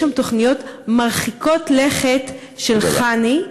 יש שם תוכניות מרחיקות לכת של חנ"י,